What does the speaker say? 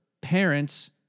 parents